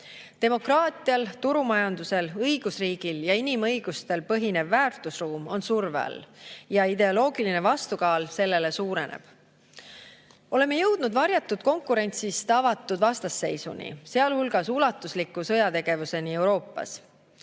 Demokraatial, turumajandusel, õigusriigil ja inimõigustel põhinev väärtusruum on surve all ja ideoloogiline vastukaal sellele suureneb. Oleme jõudnud varjatud konkurentsist avatud vastasseisuni, sealhulgas ulatusliku sõjategevuseni Euroopas.